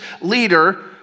leader